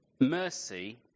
mercy